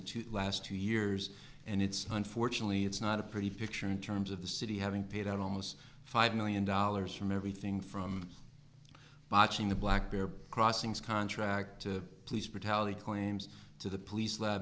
the last two years and it's unfortunately it's not a pretty picture in terms of the city having paid out almost five million dollars from from everything botching the black bear crossings contract to police brutality claims to the police lab